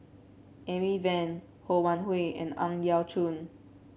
Amy Van Ho Wan Hui and Ang Yau Choon